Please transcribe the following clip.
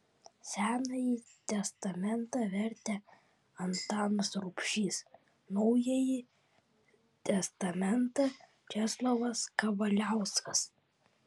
senąjį testamentą vertė antanas rubšys naująjį testamentą česlovas kavaliauskas